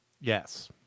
Yes